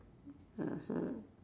(uh huh)